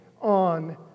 on